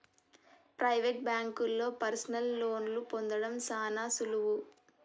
private బాంకుల్లో personal లోన్లు పొందడం సాన సులువు